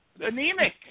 Anemic